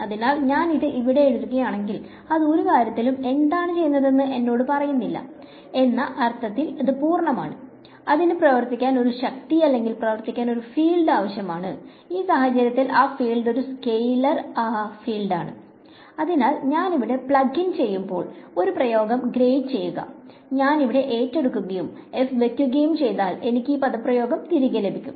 അതിനാൽ ഞാൻ ഇത് ഇവിടെ എഴുതുകയാണെങ്കിൽ അത് ഒരു കാര്യത്തിലും എന്താണ് ചെയ്യുന്നതെന്ന് എന്നോട് പറയുന്നില്ല എന്ന അർത്ഥത്തിൽ ഇത് അപൂർണ്ണമാണ് അതിന് പ്രവർത്തിക്കാൻ ഒരു ശക്തി അല്ലെങ്കിൽ പ്രവർത്തിക്കാൻ ഒരു ഫീൽഡ് ആവശ്യമാണ് ഈ സാഹചര്യത്തിൽ ആ ഫീൽഡ് ഒരു സ്കെയിലർ ഫീൽഡാണ് അതിനാൽ ഞാൻ ഇവിടെ പ്ലഗ് ഇൻ ചെയ്യുമ്പോൾ ഈ പ്രയോഗം ഗ്രേഡ് ചെയ്യുക ഞാൻ ഇവിടെ ഏറ്റെടുക്കുകയും f വെക്കുകയും ചെയ്താൽ എനിക്ക് ഈ പദപ്രയോഗം തിരികെ ലഭിക്കും